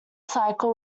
cycle